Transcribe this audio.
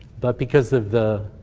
but because of the